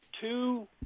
two